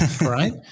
Right